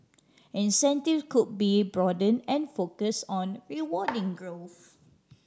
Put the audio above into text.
incentive could be broaden and focus on rewarding growth